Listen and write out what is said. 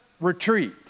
retreat